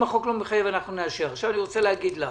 אם החוק לא מחייב, אנחנו נבקש שזה יובא לאישור.